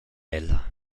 ella